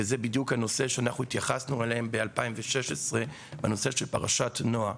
וזה בדיוק הנושא שהתייחסנו אליו ב-2016 בפרשת נועה.